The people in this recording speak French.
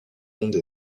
monde